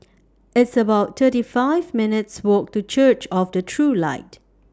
It's about thirty five minutes' Walk to Church of The True Light